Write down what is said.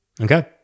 Okay